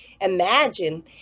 Imagine